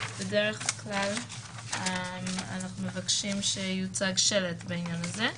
בדרך כלל אנחנו מבקשים שיוצג שלט בעניין הזה.